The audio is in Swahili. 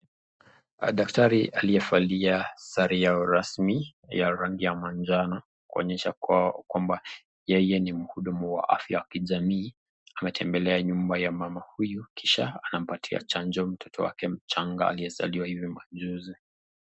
Daktari aliyevalia sare yao rasmi, ya rangi ya manjano, kuklonyesha kwamba yeye ni mhudumu wa afya ya kijamii, ametembelea nyumba ya mama huyu, kisha anampatia chanjo mtoto wake mchanga aliyezaliwa hivi maajuzi.